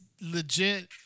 legit